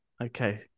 Okay